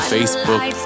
Facebook